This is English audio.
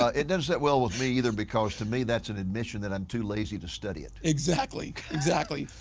ah it doesn't sit well with me either because to me that is an admission that i am too lazy to study it. exactly. exactly.